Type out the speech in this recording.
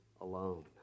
alone